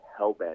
hellbent